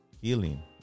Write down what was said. healing